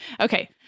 Okay